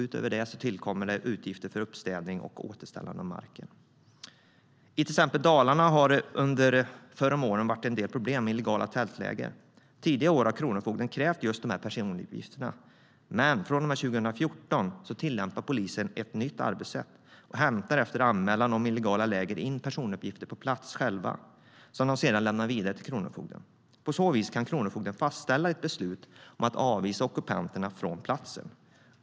Utöver det tillkommer utgifter för uppstädning och återställande av marken.I till exempel Dalarna har det förr om åren varit en del problem med illegala tältläger. Tidigare år har kronofogden krävt just personuppgifterna. Men från och med 2014 tillämpar polisen ett nytt arbetssätt och hämtar själva efter anmälan om illegala läger in personuppgifter på plats som den sedan lämnar vidare till kronofogden. På så vis kan kronofogden fastställa ett beslut om att avvisa ockupanterna från platsen.